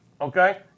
okay